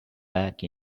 back